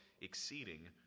exceeding